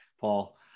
Paul